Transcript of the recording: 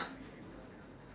ah